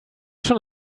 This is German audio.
schon